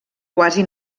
quasi